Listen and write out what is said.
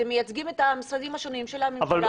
אתם מייצגים את המשרדים השונים של הממשלה,